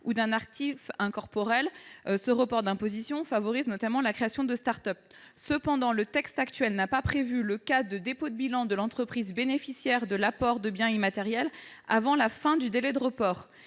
ou d'un actif incorporel. Ce report d'imposition favorise notamment la création de start-up. Cependant, le texte actuel n'a pas prévu le cas de dépôt de bilan de l'entreprise bénéficiaire de l'apport de biens immatériels avant la fin du délai de report.